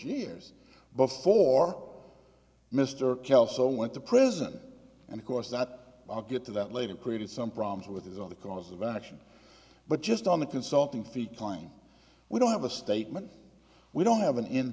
years before mr kelso went to prison and of course that i'll get to that later created some problems with his on the cause of action but just on the consulting fee claim we don't have a statement we don't have an